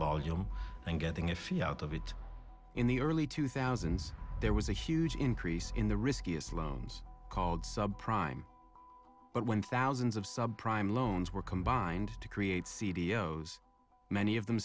volume and getting a fee out of it in the early two thousand there was a huge increase in the risky loans called subprime but when thousands of subprime loans were combined to create c d o many of them